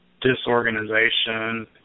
disorganization